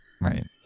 Right